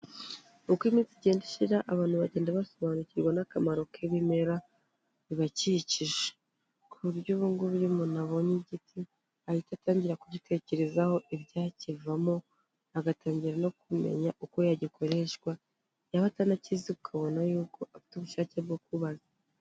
Uko iminsi igenda ishira abantu bagenda basobanukirwa n'akamaro k'ibimera bibakikije, ku buryo ubu ngubu iyo umuntu abonye igiti ahita atangira kugitekerezaho ibyakivamo, agatangira no kumenya uko yagikoreshwa yaba atanakizi ukabona yuko afite ubushake bwo kubaza.